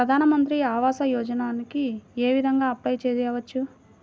ప్రధాన మంత్రి ఆవాసయోజనకి ఏ విధంగా అప్లే చెయ్యవచ్చు?